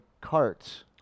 carts